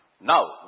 Now